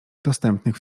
dostępnych